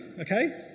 okay